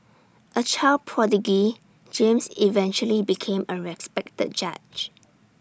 A child prodigy James eventually became A respected judge